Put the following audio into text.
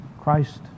Christ